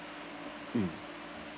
mm